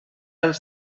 els